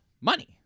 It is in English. money